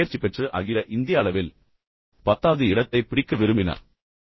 யில் தேர்ச்சி பெற்று பின்னர் அகில இந்திய அளவில் பத்தாவது இடத்தைப் பிடிக்க விரும்பினார்